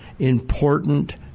important